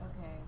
Okay